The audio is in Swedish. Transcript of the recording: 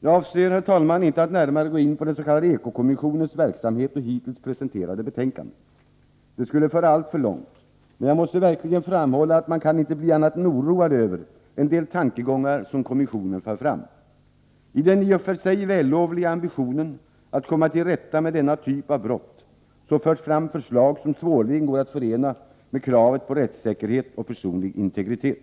Jag avser inte att närmare gå in på den s.k. eko-kommissionens verksamhet och hittills presenterade betänkanden — det skulle föra alltför långt. Men jag måste verkligen framhålla att man inte kan bli annat än oroad över en del tankegångar som kommissionen för fram. I den i och för sig vällovliga ambitionen att komma till rätta med denna typ av brott, för kommissionen fram förslag som svårligen går att förena med kravet på rättssäkerhet och personlig integritet.